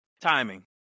timing